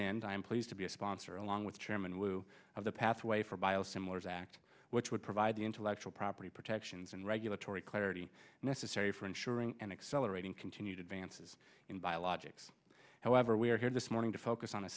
and i am pleased to be a sponsor along with chairman lew of the pathway for biosimilars act which would provide the intellectual property protections and regulatory clarity necessary for ensuring and accelerating continued advances in biologics however we are here this morning to focus on a